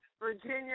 Virginia